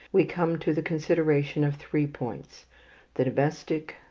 we come to the consideration of three points the domestic,